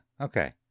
Okay